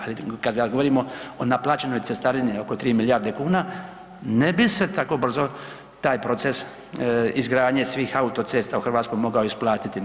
Ali kad govorimo o naplaćenoj cestarini oko 3 milijarde kuna ne bi se tako brzo taj proces izgradnje svih autocesta u Hrvatskoj mogao isplatiti.